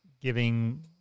giving